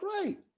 Great